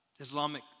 islamic